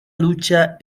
lucha